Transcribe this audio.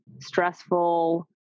stressful